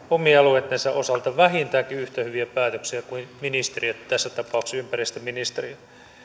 omien alueittensa osalta vähintäänkin yhtä hyviä päätöksiä kuin ministeriöt tässä tapauksessa ympäristöministeriö